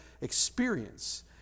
experience